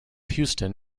houston